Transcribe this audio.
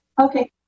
Okay